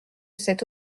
cette